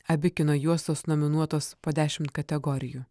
abi kino juostos nominuotos po dešimt kategorijų